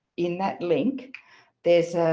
in that link there's,